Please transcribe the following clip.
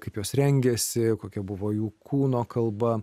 kaip jos rengėsi kokia buvo jų kūno kalba